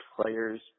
players